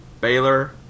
baylor